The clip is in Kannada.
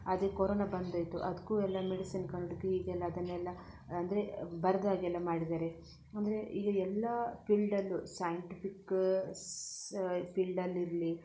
ಅದೇ ಕೊರೊನ ಬಂದಿತ್ತು ಅದಕ್ಕೂ ಎಲ್ಲ ಮೆಡಿಸಿನ್ ಕಂಡು ಹುಡ್ಕಿ ಈಗೆಲ್ಲ ಅದನ್ನೆಲ್ಲ ಅಂದರೆ ಬರದ ಹಾಗೆ ಎಲ್ಲ ಮಾಡಿದ್ದಾರೆ ಅಂದರೆ ಈಗ ಎಲ್ಲ ಫೀಲ್ಡಲ್ಲೂ ಸೈಂಟಿಫಿಕ್ ಫೀಲ್ಡಲ್ಲಿರಲಿ